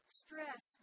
stress